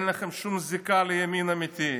אין לכם שום זיקה לימין אמיתי.